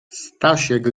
stasiek